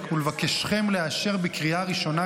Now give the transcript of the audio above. ולבקשכם לאשר בקריאה ראשונה,